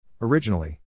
Originally